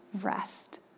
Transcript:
rest